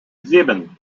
sieben